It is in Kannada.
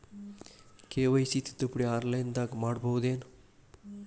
ಕೆ.ವೈ.ಸಿ ತಿದ್ದುಪಡಿ ಆನ್ಲೈನದಾಗ್ ಮಾಡ್ಬಹುದೇನು?